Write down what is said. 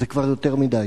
זה כבר יותר מדי,